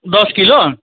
दस किलो